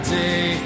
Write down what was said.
day